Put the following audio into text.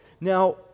Now